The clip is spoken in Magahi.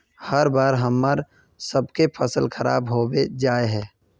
हर बार हम्मर सबके फसल खराब होबे जाए है?